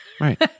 Right